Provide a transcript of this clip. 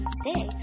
Today